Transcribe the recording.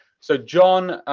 so, john.